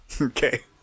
Okay